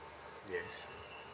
yes